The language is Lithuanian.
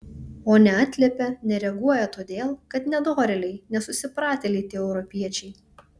o neatliepia nereaguoja todėl kad nedorėliai nesusipratėliai tie europiečiai